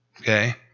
Okay